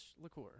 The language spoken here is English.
liqueur